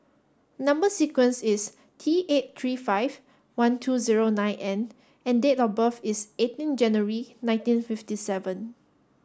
number sequence is T eight three five one two zero nine N and date of birth is eighteen January nineteen fifty seven